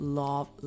love